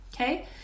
okay